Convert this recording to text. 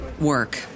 work